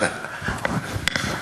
בבקשה.